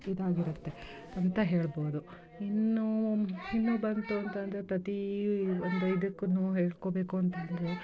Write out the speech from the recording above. ಇದಾಗಿರುತ್ತೆ ಅಂತ ಹೇಳ್ಬೋದು ಇನ್ನೂ ಇನ್ನೂ ಬಂತು ಅಂತ ಅಂದ್ರೆ ಪ್ರತಿಯೊಂದು ಇದಕ್ಕೂ ಹೇಳ್ಕೊಳ್ಬೇಕು ಅಂತ ಅಂದ್ರೆ